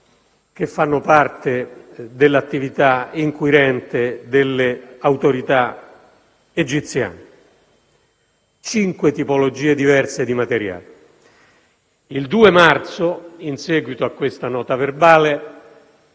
che fanno parte dell'attività inquirente delle autorità egiziane (cinque tipologie diverse di materiale). Il 2 marzo, in seguito a questa nota verbale,